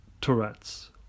Tourette's